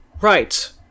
right